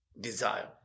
desire